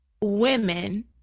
women